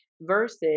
versus